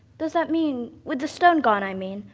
does that mean, with the stone gone i mean,